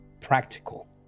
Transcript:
practical